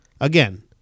again